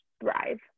thrive